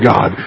God